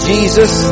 Jesus